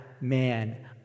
man